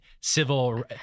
civil